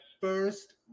first